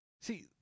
See